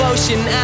Ocean